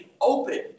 open